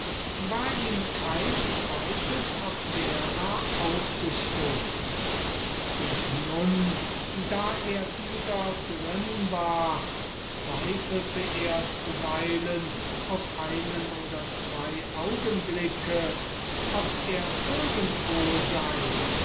war ihm kein zwotes abdera aufgestoßen und nun da er wieder drin war zweifelte er zuweilen auf einen oder zween augenblicke ob er irgendwo sei